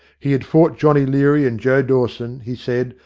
he had fought johnny leary and joe dawson, he said,